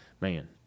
Man